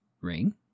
ring